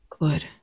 Good